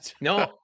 No